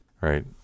right